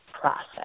process